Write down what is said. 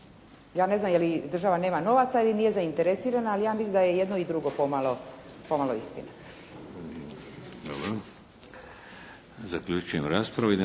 Ja ne znam je li država nema novaca ili nije zainteresirana, ali ja mislim da je i jedno i drugo pomalo istina.